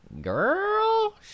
Girl